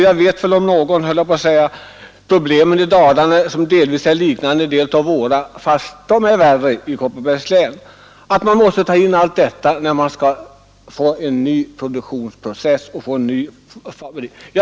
Jag om någon känner till dessa problem, som finns också i mitt hemlän även om de är värre i Kopparbergs län.